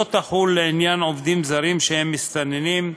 לא תחול לעניין עובדים זרים שהם מסתננים,